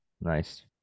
Nice